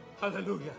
Hallelujah